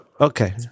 Okay